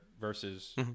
versus